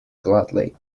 gladly